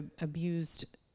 abused